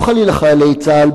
לא חלילה חיילי צה"ל,